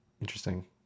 interesting